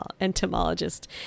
entomologist